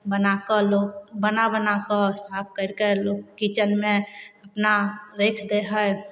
बना कऽ लोक बना बना कऽ साफ करि कऽ लोक किचनमे अपना राखि दै हइ